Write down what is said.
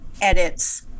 edits